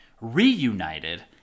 reunited